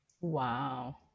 Wow